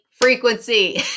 frequency